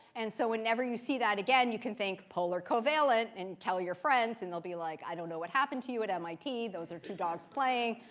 and so whenever you see that again, you can think polar covalent and tell your friends, and they'll be like, i don't know what happened to you at mit. those are two dogs playing.